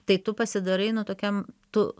tai tu pasidarai nu tokiam tu